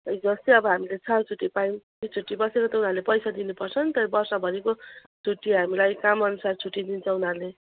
हिजोअस्ति अबो हामीले साल छुट्टी पायौँ त्यो छुट्टी बसेको त उनीहरूले पैसा दिनुपर्छन् त वर्षभरिको छुट्टी हामीलाई कामअनुसार छुट्टी दिन्छ उनीहरूले